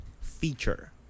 feature